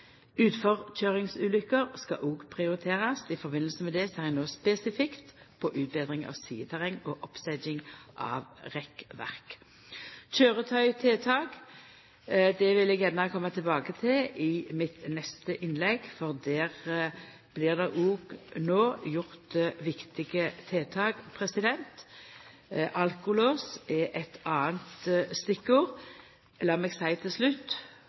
utforkøyringsulukker skal òg prioriterast, og i samband med det ser ein no spesifikt på utbetring av sideterreng og oppsetjing av rekkverk. Køyretøytiltak vil eg gjerne koma tilbake til i mitt neste innlegg, for der blir det no òg gjort viktige tiltak. Alkolås er eit anna stikkord. Lat meg til slutt